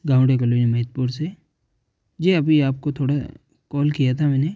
हमीदपुर से जी अभी आपको थोड़ा कॉल किया था मैंने